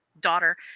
daughter